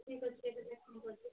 ଠିକ୍ ଅଛି ଏଇଟା